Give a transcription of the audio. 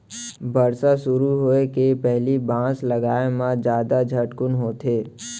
बरसा सुरू होए के पहिली बांस लगाए म जादा झटकुन होथे